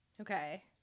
Okay